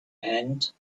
and